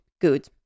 good